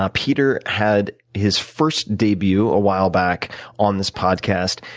ah peter had his first debut a while back on this podcast.